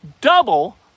Double